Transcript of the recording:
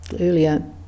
earlier